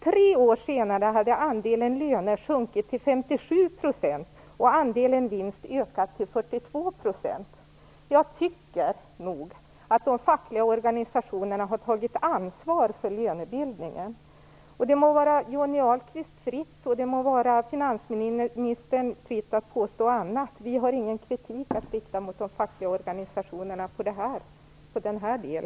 Tre år senare hade andelen löner sjunkit till 57 % och andelen vinst ökat till 42 %. Jag tycker att de fackliga organisationerna har tagit ansvar för lönebildningen. Det må vara Johnny Ahlqvist och finansministern fritt att påstå något annat, men vi har inte någon kritik att rikta mot de fackliga organisationerna i det här avseendet.